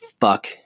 fuck